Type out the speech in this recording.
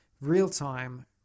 real-time